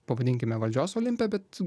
pavadinkime valdžios olimpe bet